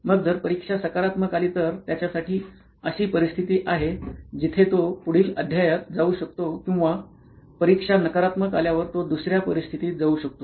मग जर परीक्षा सकारात्मक आली तर त्याच्यासाठी अशी परिस्थिती आहे जिथे तो पुढील अध्यायात जाऊ शकतो किंवा परीक्षा नकारात्मक आल्यावर तो दुसर्या परिस्थितीत जाऊ शकतो